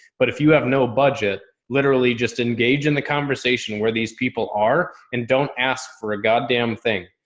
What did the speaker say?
but if you have no budget, literally just engage in the conversation where these people are and don't ask for a god damn thing.